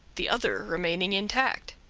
the other remaining intact.